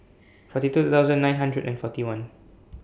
forty two thousand nine hundred forty one